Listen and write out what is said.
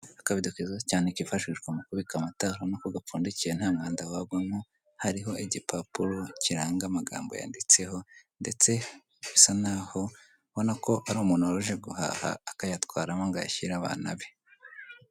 Akavido keza cyane kifashishwa mu kubikamo amata ubona ko gapfundikiye nta mwanda wagwamo, hariho igipapuro kiranga amagambo yanditseho ndetse ubona ko ari umuntu wari aje guhaha, akayatwaramo ngo ayashyire abana be.